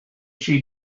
she